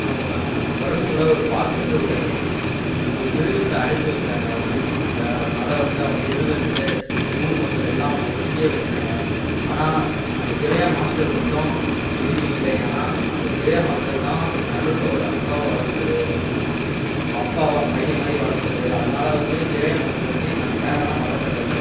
அவன் உடம்புக்குள்ள ஒரு ஃபாக்ஸுன்ற ஒரு ஒரு மிருகத்தை அடைச்சு வச்சாங்க அவன் வயிற்றுக்குள்ள அதனால் வந்து அவன் மிருகனுட்டு ஊர் மக்கள் எல்லாம் அவனை ஒதுக்கியே வச்சாங்க ஆனால் அந்த ஜெரையா மாஸ்டர் மட்டும் ஒதுக்கி வைக்கலை ஏன்னால் அந்த ஜெரையா மாஸ்டர் தான் அந்த நருட்டோவோட அப்பாவை வளர்த்தது நம்ம அப்பாவை பையன் மாதிரி வளர்த்தது அதனால் வந்து ஜெரையா மாஸ்டர் வந்து இவனை பேரனாக வளர்க்குறாரு